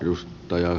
juustoja